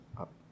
up